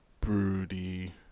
broody